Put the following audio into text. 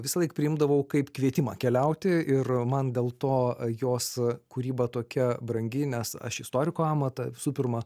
visąlaik priimdavau kaip kvietimą keliauti ir man dėl to jos kūryba tokia brangi nes aš istoriko amatą visų pirma